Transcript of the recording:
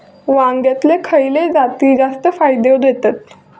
वांग्यातले खयले जाती जास्त फायदो देतत?